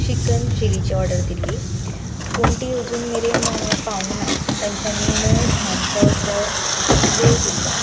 chicken चिलीची order दिल्ली पूण ती अजून मेरेन पावूंक ना तेंच्यांनी णव धांचो असो वेळ दिल्लो